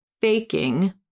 faking